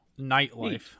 Nightlife